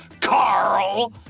Carl